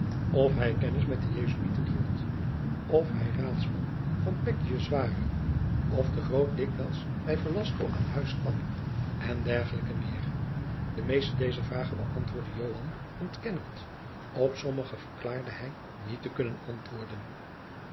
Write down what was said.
of hij kennis met de jesuiten hield of hij raadsman van pekkius ware of de groot dikwijls bij velasco aan huis kwam en dergelijke meer de meeste dezer vragen bëantwoordde joan ontkennend op sommige verklaarde hij niet te kunnen antwoorden